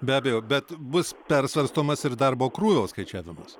be abejo bet bus persvarstomas ir darbo krūvio skaičiavimas